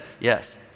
Yes